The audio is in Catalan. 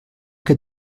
què